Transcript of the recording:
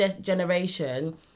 generation